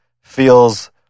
feels